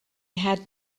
had